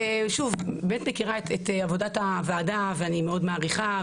אני באמת מכירה את עבודת הוועדה ואני מאוד מעריכה.